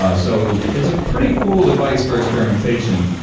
ah so it's a pretty cool device for experimentation.